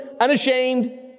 unashamed